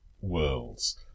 worlds